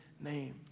name